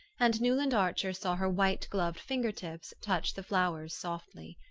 and newland archer saw her white-gloved finger-tips touch the flowers softly.